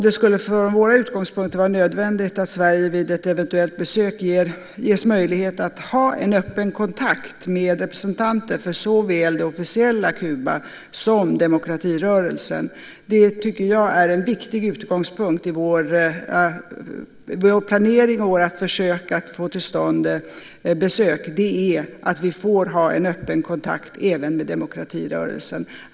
Det skulle utifrån våra utgångspunkter vara nödvändigt att Sverige vid ett eventuell besök ges möjlighet att ha en öppen kontakt med representanter för såväl det officiella Kuba som demokratirörelsen. Jag tycker att det är en viktig utgångspunkt i vår planering och våra försök att få till stånd besök att vi får ha en öppen kontakt även med demokratirörelsen.